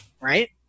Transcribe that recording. Right